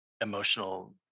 emotional